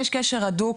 יש קשר הדוק